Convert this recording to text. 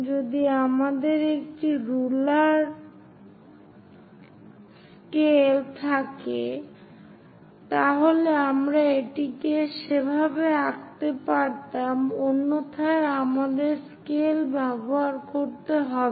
যদি আমাদের একটি রুলার স্কেল থাকে তাহলে আমরা এটিকে সেভাবে আঁকতে পারতাম অন্যথায় আমাদের স্কেল ব্যবহার করতে হবে